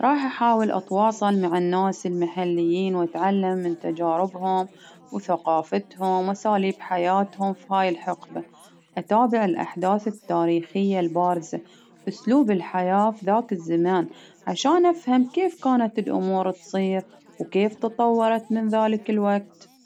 راح أحاول أتواصل مع الناس المحليين، وأتعلم من تجاربهم وثقافتهم، وأساليب حياتهم في هاي الحقبة، أتابع الأحداث التاريخ البارزة، وأسلوب الحياة في ذات الزمان، عشان أفهم كيف كانت الأمور تصير؟ وكيف تطورت من ذلك الوقت؟